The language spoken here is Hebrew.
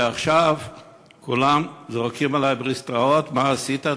ועכשיו כולם זורקים עלי בליסטראות: מה עשית,